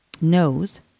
knows